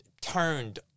turned